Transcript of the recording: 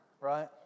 right